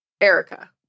Erica